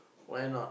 why not